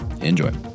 Enjoy